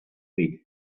eat